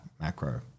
macro